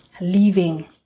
leaving